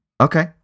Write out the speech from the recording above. Okay